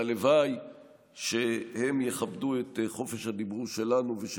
והלוואי שהם יכבדו את חופש הדיבור שלנו ושל